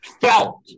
Felt